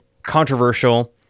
controversial